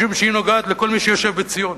משום שהיא נוגעת לכל מי שיושב בציון,